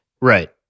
Right